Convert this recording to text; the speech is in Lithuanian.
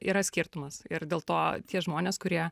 yra skirtumas ir dėl to tie žmonės kurie